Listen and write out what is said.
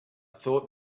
thought